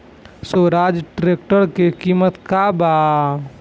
Swaraj tractor के किमत का बा?